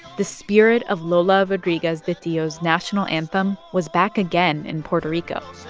the spirit of lola rodriguez de tio's national anthem was back again in puerto rico